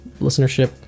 Listenership